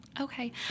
Okay